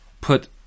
put